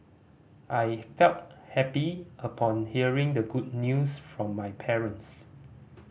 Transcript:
I felt happy upon hearing the good news from my parents